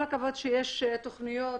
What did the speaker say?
כל הכבוד שיש תכניות,